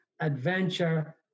adventure